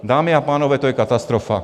Dámy a pánové, to je katastrofa.